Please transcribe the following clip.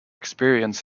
experience